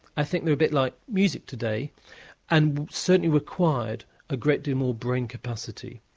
i think they were a bit like music today and certainly required a great deal more brain capacity.